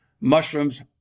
Mushrooms